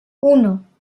uno